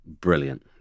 brilliant